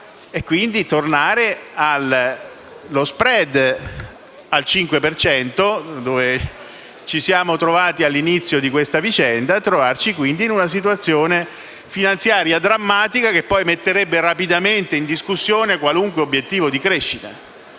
tornare con lo *spread* al 5 per cento, dove ci siamo trovati all'inizio di questa vicenda, in una situazione finanziaria drammatica che poi metterebbe rapidamente in discussione qualunque obiettivo di crescita.